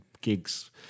gigs